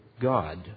God